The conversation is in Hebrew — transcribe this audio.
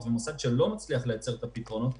ומוסד שלא מצליח לייצר את הפתרונות,